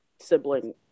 sibling